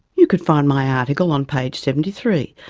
you could find my article on page seventy three,